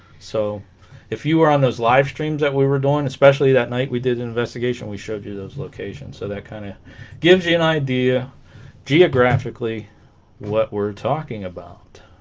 so if you were on those live streams that we were doing especially that night we did an investigation we showed you those locations so that kind of gives you an idea geographically what we're talking about